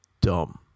dumb